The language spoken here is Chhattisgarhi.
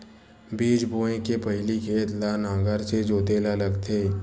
बीज बोय के पहिली खेत ल नांगर से जोतेल लगथे?